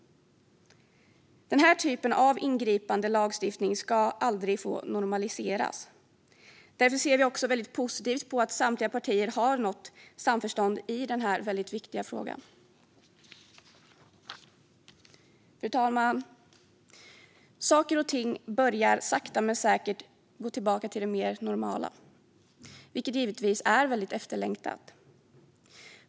Den här typen av ingripande lagstiftning ska aldrig få normaliseras. Därför ser vi väldigt positivt på att samtliga partier har nått samförstånd i den här väldigt viktiga frågan. Fru talman! Saker och ting börjar sakta men säkert gå tillbaka till det mer normala, vilket givetvis är väldigt efterlängtat.